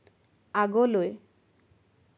আগলৈ